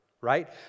right